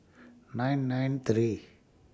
nine nine three